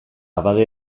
abade